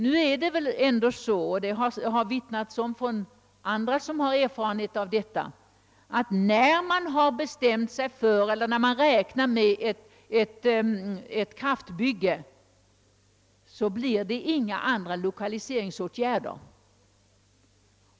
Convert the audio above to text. Nu är det emellertid faktum — det har omvittnats av andra, som har erfarenhet av dylikt — att när man räknar med ett kraftverksbygge, så vidtas inga andra lokaliseringsåtgärder.